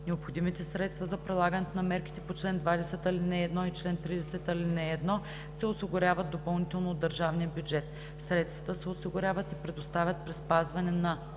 необходимите средства за прилагане на мерките по чл. 20, ал. 1 и чл. 30, ал. 1 се осигуряват допълнително от държавния бюджет. Средствата се осигуряват и предоставят при спазване на: